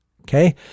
Okay